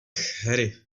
harry